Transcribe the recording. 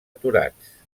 aturats